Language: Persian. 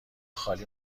خالی